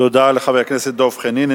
תודה לחבר הכנסת דב חנין.